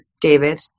David